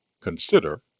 consider